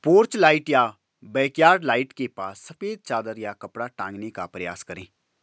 porch light या backyard light के पास सफेद चादर या कपड़ा टांगने का प्रयास करें